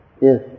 Yes